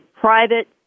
private